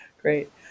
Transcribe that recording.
great